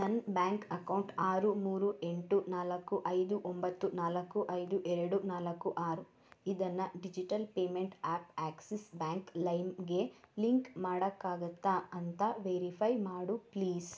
ನನ್ನ bank account ಆರು ಮೂರು ಎಂಟು ನಾಲ್ಕು ಐದು ಒಂಬತ್ತು ನಾಲ್ಕು ಐದು ಎರಡು ನಾಲ್ಕು ಆರು ಇದನ್ನು digital payment app Axis bank ಲೈಮ್ಗೆ ಲಿಂಕ್ ಮಾಡೋಕ್ಕಾಗುತ್ತಾ ಅಂತ ವೆರಿಫೈ ಮಾಡು ಪ್ಲೀಸ್